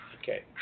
Okay